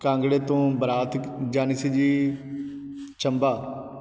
ਕਾਂਗੜੇ ਤੋਂ ਬਰਾਤ ਜਾਣੀ ਸੀ ਜੀ ਚੰਬਾ